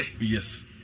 Yes